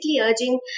urging